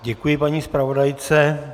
Děkuji paní zpravodajce.